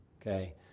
okay